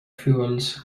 fuels